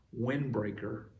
windbreaker